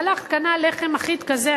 והלך קנה לחם אחיד כזה,